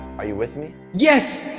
are you with me? yes.